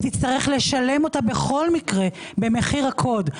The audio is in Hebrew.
כי היא תצטרך לשלם אותה בכל מקרה במחיר הקוד.